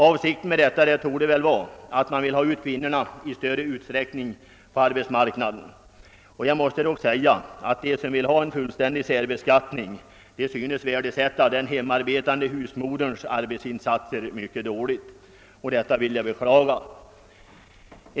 Avsikten torde väl vara att i större utsträckning få ut kvinnorna på arbetsmarknaden. Jag måste säga att de som önskar ha en fullständig särbeskattning synes dåligt värdesätta den hemarbetande husmoderns arbetsinsatser, och detta vill jag beklaga.